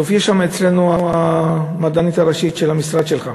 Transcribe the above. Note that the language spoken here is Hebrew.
הופיעה אצלנו המדענית הראשית של המשרד שלך,